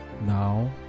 Now